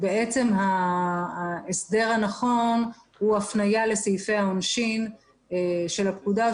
בעצם ההסדר הנכון הוא הפניה לסעיפי העונשין של הפקודה,